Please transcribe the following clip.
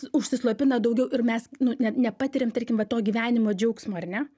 užsislopina daugiau ir mes nu ne nepatiriame tarkim va to gyvenimo džiaugsmo ar ne